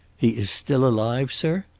he is still alive, sir?